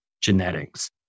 genetics